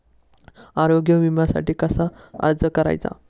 आरोग्य विम्यासाठी कसा अर्ज करायचा?